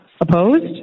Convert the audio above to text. Opposed